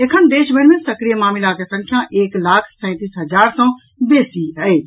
एखन देश भरि मे सक्रिय मामिलाक संख्या एक लाख सैंतीस हजार सॅ बेसी अछि